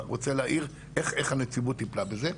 להעיר איך הנציבות טיפלה בזה.